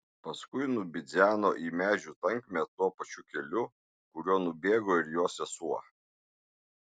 paskui nubidzeno į medžių tankmę tuo pačiu keliu kuriuo nubėgo ir jo sesuo